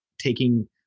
taking